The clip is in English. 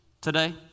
today